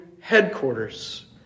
headquarters